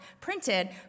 printed